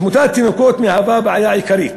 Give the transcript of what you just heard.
תמותת תינוקות היא בעיה עיקרית